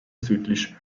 südlich